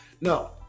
No